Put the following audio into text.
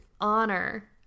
honor